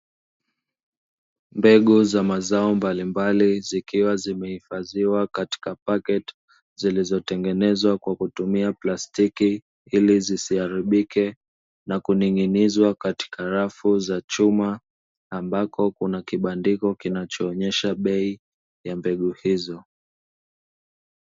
Mbegu za mazao mbalimbali zikiwa zimeifadhiwa katika pakiti mbalimbali zilizotengenezwa kwa kutumia plastiki ili zisiharibie, na kuning'izwa katika rafu za chuma ambako kuna kibandiko kinacho onyesha bei ya mbegu hizo.